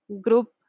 group